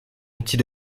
outil